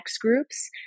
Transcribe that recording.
groups